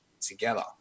together